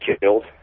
killed